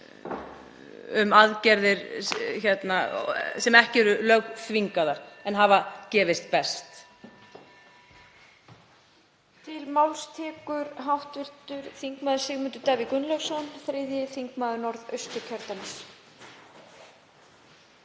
um aðgerðir sem ekki eru lögþvingaðar en hafa gefist best.